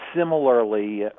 similarly